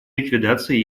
ликвидация